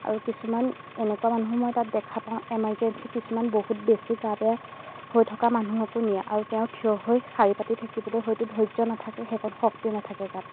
আৰু কিছুমান এনেকুৱা মানুহো মই তাত দেখা পাওঁ এমাৰ্জেঞ্চি কিছুমান বহুত বেছি গা বেয়া হৈ থকা মানুহকো নিয়ে আৰু তেওঁ থিয় হৈ শাৰীপাতি থাকিবলৈ হয়তো ধৈৰ্য নাথাকে সেইকণ শক্তি নাথাকে গাত